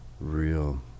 real